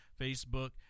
Facebook